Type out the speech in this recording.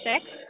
Six